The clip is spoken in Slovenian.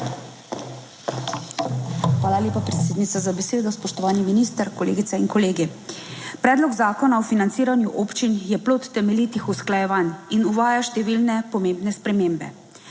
Hvala lepa predsednica za besedo, spoštovani minister, kolegice in kolegi. Predlog zakona o financiranju občin je plod temeljitih usklajevanj in uvaja številne pomembne spremembe.